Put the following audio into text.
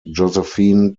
josephine